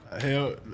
hell